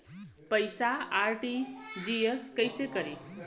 पैसा आर.टी.जी.एस कैसे करी?